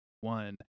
one